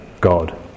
God